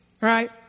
Right